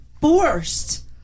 forced